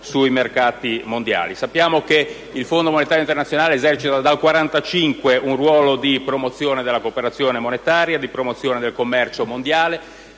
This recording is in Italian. sui mercati mondiali. Sappiamo che il Fondo monetario internazionale esercita dal 1945 un ruolo di promozione della cooperazione monetaria e del commercio mondiale,